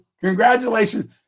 congratulations